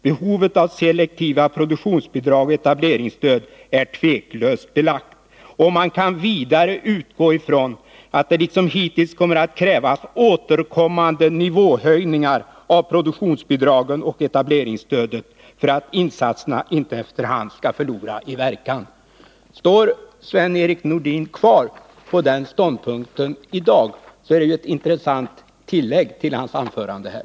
Behovet av selektiva produktionsbidrag och etableringsstöd är tveklöst belagt. Man kan vidare utgå ifrån att det liksom hittills kommer att krävas återkommande nivåhöjningar av produktionsbidragen och etableringsstödet för att insatserna inte efter hand skall förlora i verkan.” Står Sven-Erik Nordin kvar vid den ståndpunkten i dag? I så fall är det ett intressant tillägg till hans anförande här.